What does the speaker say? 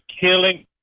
killing